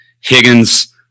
Higgins